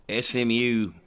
SMU